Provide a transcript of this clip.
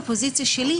בפוזיציה שלי,